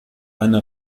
eine